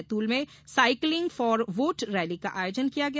बैतूल में cycling for vote rally का आयोजन किया गया